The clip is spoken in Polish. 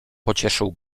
pocieszył